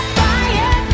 fire